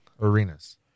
arenas